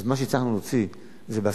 אז מה שהצלחנו להוציא זה בהסכמתם,